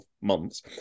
months